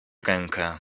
rękę